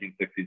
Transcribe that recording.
1960s